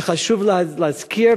את זה חשוב להזכיר,